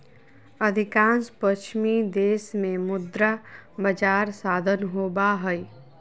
अधिकांश पश्चिमी देश में मुद्रा बजार साधन होबा हइ